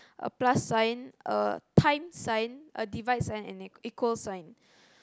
a plus sign a times sign a divide sign and an equal sign